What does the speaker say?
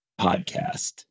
podcast